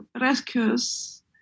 rescues